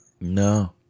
No